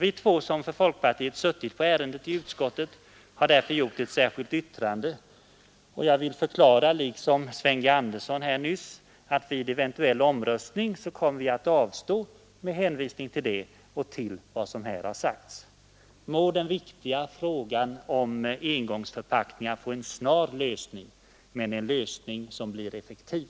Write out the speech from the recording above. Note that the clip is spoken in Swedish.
Vi två som för folkpartiet suttit på ärendet i utskottet har därför gjort ett särskilt yttrande. Jag vill förklara att vid eventuell omröstning kommer vi att avstå med hänvisning till det yttrandet och till vad som här har sagts. Må den viktiga frågan om engångsförpackningarna få en snar lösning — men en lösning som blir effektiv!